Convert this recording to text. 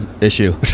issue